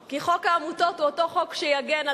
כי חוק העמותות הוא אותו חוק שיגן על